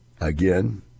Again